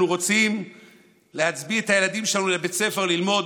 אנחנו רוצים להחזיר את הילדים שלנו לבית ספר ללמוד.